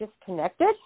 disconnected